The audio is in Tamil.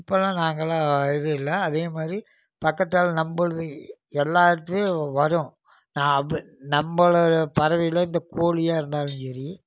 இப்பெல்லாம் நாங்கெல்லாம் இது இல்லை அதே மாதிரி பக்கத்தால் நம்மள்தையும் எல்லார்டயும் வரும் நான் அப்பட் நம்மளோட பார்வையில் இந்த கோழியா இருந்தாலும் சரி